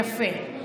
יפה.